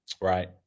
right